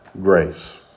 grace